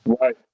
Right